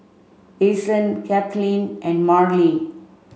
Ason Cathleen and Marlie